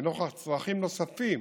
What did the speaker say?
ולנוכח צרכים נוספים